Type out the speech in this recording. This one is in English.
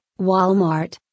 Walmart